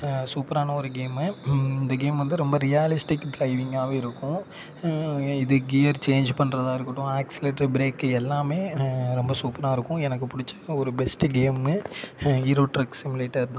சூப்பரான ஒரு கேமு இந்த கேம் வந்து ரொம்ப ரியாலிஸ்டிக் டிரைவிங்காகவே இருக்கும் இது கியர் சேஞ்ச் பண்ணுறதா இருக்கட்டும் ஆக்சிலேட்டர் ப்ரேக்கு எல்லாமே ரொம்ப சூப்பராக இருக்கும் எனக்கு பிடிச்சது ஒரு best game hero truck simulator தான்